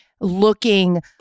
looking